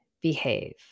behave